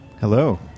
Hello